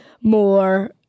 more